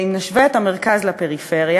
אם נשווה את המרכז לפריפריה,